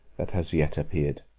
that has yet appeared.